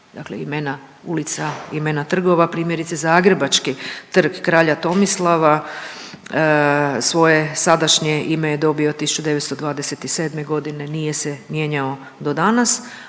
dakle imena ulica i imena trgova, primjerice zagrebački Trg kralja Tomislava svoje sadašnje ime je dobio 1927.g., nije se mijenjao do danas,